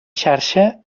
xarxa